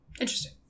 Interesting